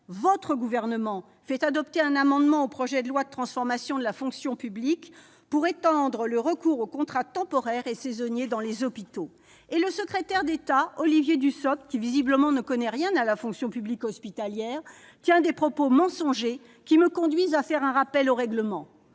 votre gouvernement fait adopter un amendement au projet de loi de transformation de la fonction publique pour étendre le recours aux contrats temporaires et saisonniers dans les hôpitaux. Le secrétaire d'État Olivier Dussopt ne connaît visiblement rien à la fonction publique hospitalière : il tient des propos mensongers qui me conduisent à faire un rappel au règlement.